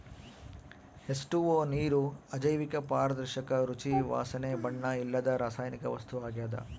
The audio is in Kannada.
ಹೆಚ್.ಟು.ಓ ನೀರು ಅಜೈವಿಕ ಪಾರದರ್ಶಕ ರುಚಿ ವಾಸನೆ ಬಣ್ಣ ಇಲ್ಲದ ರಾಸಾಯನಿಕ ವಸ್ತು ಆಗ್ಯದ